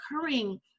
occurring